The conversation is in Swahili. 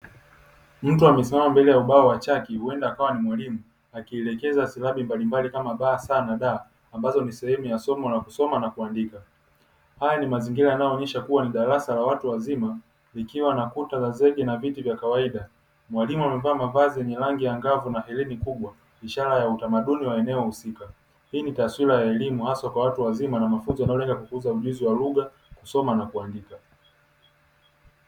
Mtu amesimama mbele ya ubao wa chaki huwenda akawa ni mwalimu akielekeza silabi mbalimbali kama ba, sa na da ambayo ni sehemu ya somo la kusoma na kuandika. Haya ni mazingira yanayoonyesha kuwa ni darasa la watu wazima likiwa na kuta ya zege na viti vya kawaida. Mwalimu amevaa mavazi angavu na heleni kubwa ishara ya utamaduni wa eneo husika. Hii ni taswira ya elimu hasa kwa watu wazima na mafunzo yanayoongeza ujuzi wa kusoma na kuandika.